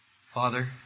Father